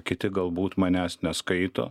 kiti galbūt manęs neskaito